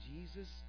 Jesus